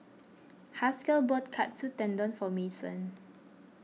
Haskell bought Katsu Tendon for Mason